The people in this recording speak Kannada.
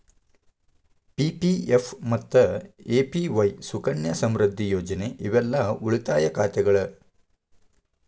ಪಿ.ಪಿ.ಎಫ್ ಮತ್ತ ಎ.ಪಿ.ವಾಯ್ ಸುಕನ್ಯಾ ಸಮೃದ್ಧಿ ಯೋಜನೆ ಇವೆಲ್ಲಾ ಉಳಿತಾಯ ಖಾತೆಗಳ